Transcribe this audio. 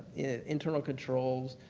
internal controls,